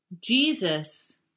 Jesus